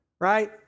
right